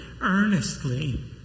earnestly